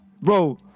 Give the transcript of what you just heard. Bro